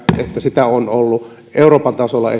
sitä on ollut esimerkiksi euroopan tasolla